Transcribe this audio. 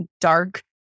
dark